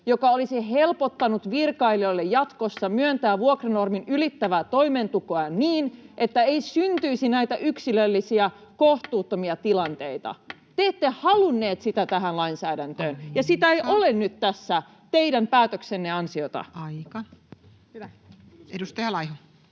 virkailijoita jatkossa myöntämään vuokranormin ylittävää toimeentulotukea niin, että ei syntyisi näitä yksilöllisiä, kohtuuttomia tilanteita. Te ette halunneet sitä tähän lainsäädäntöön, [Puhemies: Aika!] ja sitä ei ole nyt tässä teidän päätöksenne ansiosta. [Speech 74] Speaker: Toinen